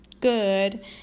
good